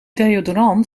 deodorant